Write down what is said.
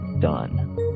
done